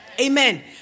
Amen